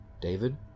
David